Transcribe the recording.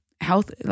health